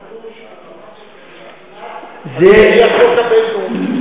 עד שמגיע החוק הבין-לאומי.